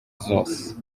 zose